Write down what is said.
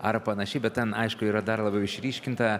ar panašiai bet ten aišku yra dar labiau išryškinta